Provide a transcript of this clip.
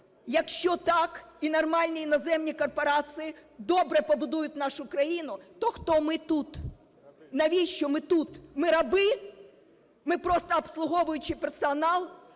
якщо так, і нормальні іноземні корпорації добре побудують нашу країну, то хто ми тут, навіщо ми тут? Ми – раби?! Ми – просто обслуговуючий персонал?